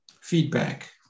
Feedback